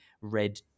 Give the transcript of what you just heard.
red